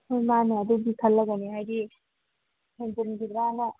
ꯍꯣꯏ ꯃꯥꯟꯅꯦ ꯑꯗꯨꯒꯤ ꯈꯜꯂꯒꯅꯦ ꯍꯥꯏꯗꯤ ꯍꯦꯟꯖꯤꯟꯒꯤꯗ꯭ꯔꯅ